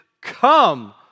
come